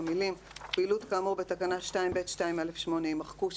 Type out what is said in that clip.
המילים "ופעילות כאמור בתקנה 2(ב)(2א8)" יימחקו".